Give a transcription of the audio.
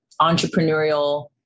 entrepreneurial